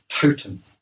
totem